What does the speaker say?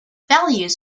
values